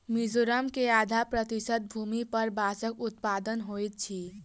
मिजोरम के आधा प्रतिशत भूमि पर बांसक उत्पादन होइत अछि